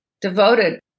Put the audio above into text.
devoted